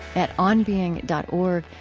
at onbeing dot org,